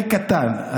חלק קטן.